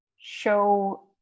show